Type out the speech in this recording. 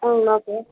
ஆ okay